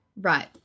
Right